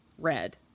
Red